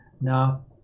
Now